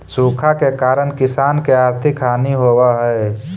सूखा के कारण किसान के आर्थिक हानि होवऽ हइ